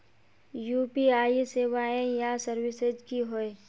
UPI सेवाएँ या services की होय?